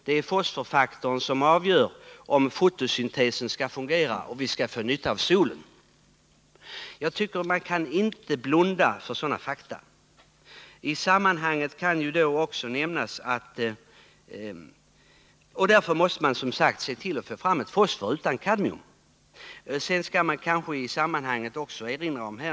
Det är fosforfaktorn som avgör om fotosyntesen skall fungera och vi skall få nytta av solen. Man kan inte blunda för sådana fakta, och därför måste man som sagt se till att få fram ett fosfor utan kadmium.